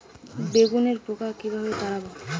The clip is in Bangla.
বেগুনের পোকা কিভাবে তাড়াব?